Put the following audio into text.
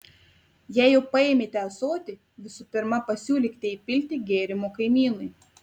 jei jau paėmėte ąsotį visų pirma pasiūlykite įpilti gėrimo kaimynui